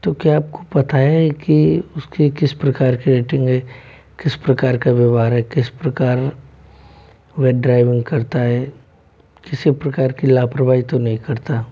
तो क्या आप को पता है कि उसके किस प्रकार की रेटिंग है किस प्रकार का व्यवहार है किस प्रकार वह ड्राइविंग करता है किसी प्रकार की लापरवाही तो नहीं करता